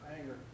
Anger